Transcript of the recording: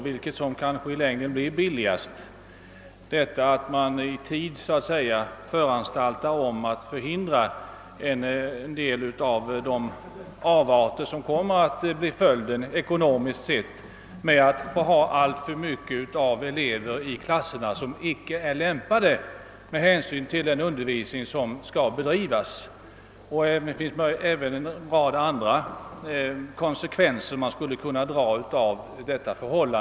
Vilket blir i längden billigast, att i tid föranstalta om att förhindra en del av de avarter som ekonomiskt sett kommer att bli följden av att man i klasserna har alltför många elever som icke är lämpade att följa den undervisning som skall bedrivas, eller att underlåta att vidta sådana åtgärder? Det är inte så alldeles enkelt att tala om resurser i detta fall.